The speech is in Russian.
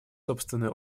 собственный